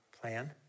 plan